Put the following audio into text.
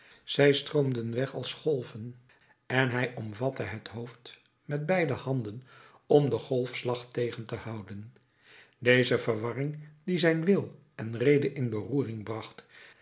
zij stroomden weg als golven en hij omvatte het hoofd met beide handen om den golfslag tegen te houden deze verwarring die zijn wil en rede in beroering bracht